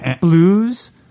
blues